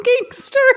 gangster